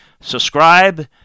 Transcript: subscribe